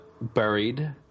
Buried